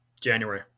January